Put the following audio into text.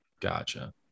Gotcha